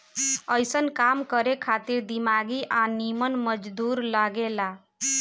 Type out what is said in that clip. अइसन काम करे खातिर दिमागी आ निमन मजदूर लागे ला